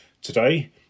Today